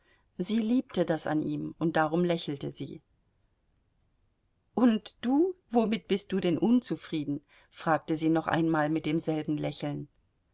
sie liebte das an ihm und darum lächelte sie und du womit bist du denn unzufrieden fragte sie noch einmal mit demselben lächeln